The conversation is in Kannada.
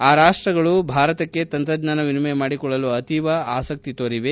ಆ ರಾಷ್ಲಗಳು ಭಾರತಕ್ಕೆ ತಂತ್ರಜ್ಞಾನ ವಿನಿಮಯ ಮಾಡಿಕೊಳ್ಳಲು ಅತೀವ ಆಸಕ್ತಿ ತೋರಿವೆ